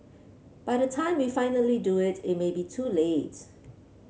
by the time we finally do it it may be too late